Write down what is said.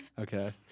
Okay